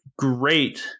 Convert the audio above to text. great